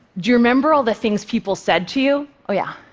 you remember all the things people said to you? oh, yeah.